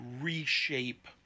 reshape